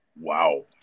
Wow